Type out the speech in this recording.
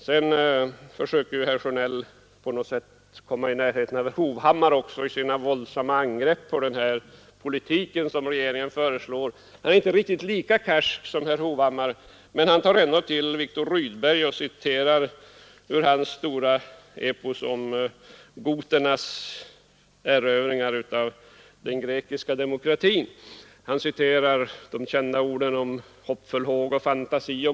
Sedan riktade herr Sjönell — och herr Hovhammar också — våldsamma angrepp på den politik som regeringen för. Herr Sjönell var visserligen inte riktigt lika karsk som herr Hovhammar, även om han försökte komma i närheten av den karskheten och citerade ur Viktor Rydbergs stora epos om goternas erövring av den grekiska demokratin de kända orden om ”gosselynne, hoppfull håg och fantasi”.